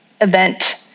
event